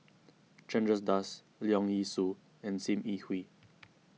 Chandra Das Leong Yee Soo and Sim Yi Hui